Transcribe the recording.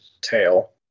tail